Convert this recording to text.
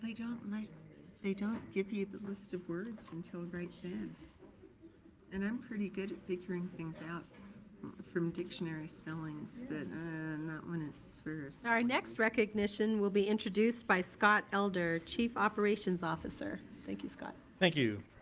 they don't like they don't give you the list of words until right then and i'm pretty good at figuring things out from dictionary spellings but not when it's first. our next recognition will be introduced by scott elder, chief operations officer. thank you, scott. thank you.